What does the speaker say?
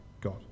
God